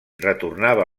retornava